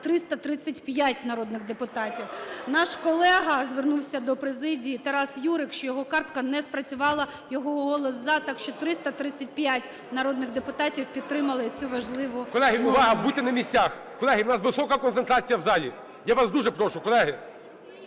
335 народних депутатів. (Шум у залі) Наш колега звернувся до президії – Тарас Юрик, що його картка не спрацювала. Його голос "за". Так що 335 народних депутатів підтримали цю важливу… ГОЛОВУЮЧИЙ. Колеги, увага! Будьте на місцях. Колеги, у нас висока концентрація в залі. Я вас дуже прошу, колеги!